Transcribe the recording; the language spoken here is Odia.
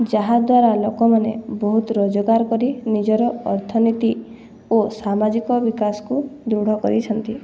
ଯାହାଦ୍ୱାରା ଲୋକମାନେ ବହୁତ ରୋଜଗାର କରି ନିଜର ଅର୍ଥନୀତି ଓ ସାମାଜିକ ବିକାଶକୁ ଦୃଢ଼ କରିଛନ୍ତି